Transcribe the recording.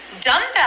dumbbell